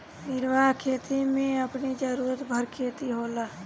निर्वाह खेती में अपनी जरुरत भर खेती होला